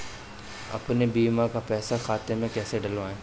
अपने बीमा का पैसा खाते में कैसे डलवाए?